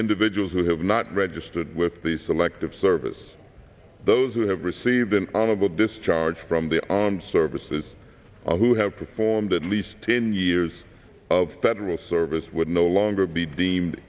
individuals who have not registered with the selective service those who have received an honorable discharge from the armed services who have performed at least ten years of federal service would no longer be deemed